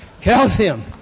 Calcium